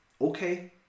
okay